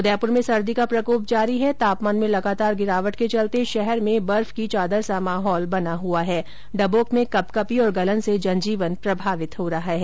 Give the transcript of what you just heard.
उदयपुर में सर्दी का प्रकोप जारी है तापमान में लगातार गिरावट के चलते शहर में बर्फ की चादर सा माहौल बना हुआ है डबोक में कपकपी और गलन से जनजीवन प्रभावित हो रहा है